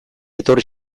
etorri